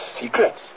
secrets